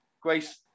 Grace